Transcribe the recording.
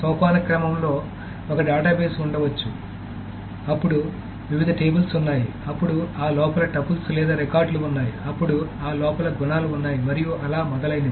సోపానక్రమం లో ఒక డేటాబేస్ ఉండవచ్చు అప్పుడు వివిధ టేబుల్స్ ఉన్నాయి అప్పుడు ఆ లోపల టపుల్స్ లేదా రికార్డులు ఉన్నాయి అప్పుడు ఆ లోపల గుణాలు ఉన్నాయి మరియు అలా మొదలైనవి